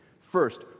First